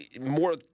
more